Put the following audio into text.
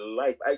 life